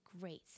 Great